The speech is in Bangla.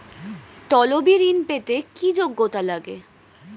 তলবি ঋন পেতে কি যোগ্যতা লাগে?